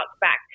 back